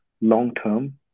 long-term